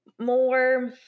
more